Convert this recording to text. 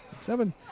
Seven